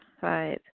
Five